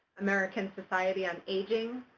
american society on aging,